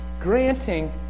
granting